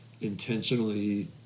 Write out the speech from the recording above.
intentionally